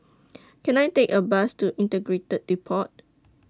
Can I Take A Bus to Integrated Depot